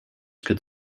could